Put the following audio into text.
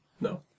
No